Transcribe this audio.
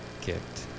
kicked